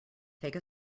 take